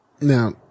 now